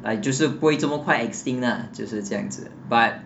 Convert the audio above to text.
like 就是不会这么快 extinct lah 就是这样子 but